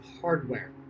hardware